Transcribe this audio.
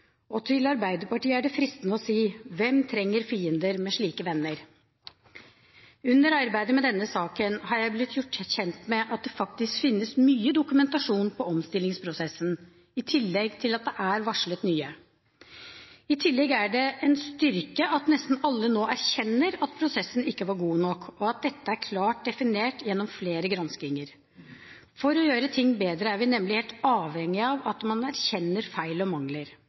Til Arbeiderpartiet er det fristende å si: Hvem trenger fiender med slike venner? Under arbeidet med denne saken har jeg blitt gjort kjent med at det faktisk finnes mye dokumentasjon på omstillingsprosessen, i tillegg til at det er varslet nye. I tillegg er det en styrke at nesten alle nå erkjenner at prosessen ikke var god nok, og at dette er klart definert gjennom flere granskinger. For å gjøre ting bedre er vi nemlig helt avhengig av at man erkjenner feil og mangler.